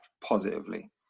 positively